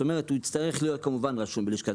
זאת אומרת, הוא יצטרך להיות רשום בלשכת